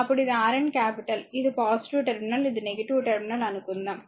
కాబట్టి ఇది RN capital ఇది టెర్మినల్ ఇది టెర్మినల్ అని అనుకుందాం